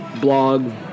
blog